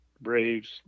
Braves